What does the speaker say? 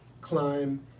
climb